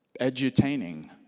edutaining